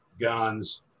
guns